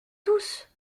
tous